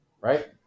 Right